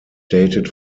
dated